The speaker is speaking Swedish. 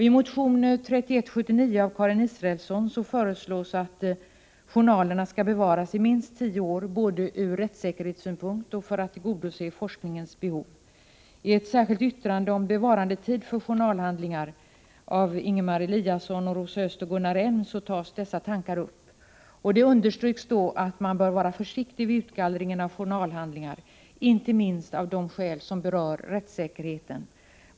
I motion 3179 av Karin Israelsson föreslås att journalerna skall bevaras i minst tio år, både ur rättssäkerhetssynpunkt och för att tillgodose forskningens behov. I ett särskilt yttrande om bevarandetiden för journalhandlingar av Ingemar Eliasson, Rosa Östh och Gunnar Elm tas dessa tankar upp. Det understryks att man bör vara försiktig vid utgallringen av journalhandlingar, inte minst av de skäl som berör rättssäkerheten.